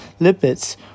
lipids